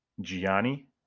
Gianni